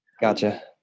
Gotcha